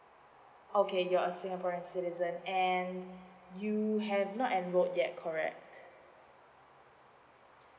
okay you're a singaporean citizen and you have not enrolled yet correct